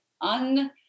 un-